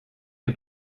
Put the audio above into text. wir